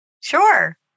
Sure